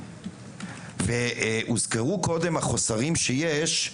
הוזכרו קודם החוסרים שיש.